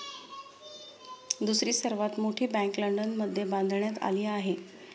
दुसरी सर्वात मोठी बँक लंडनमध्ये बांधण्यात आली आहे